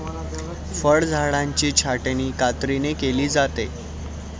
फळझाडांची छाटणी कात्रीने केली जाते